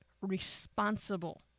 responsible